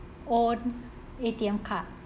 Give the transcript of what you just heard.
own A_T_M card